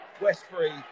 Westbury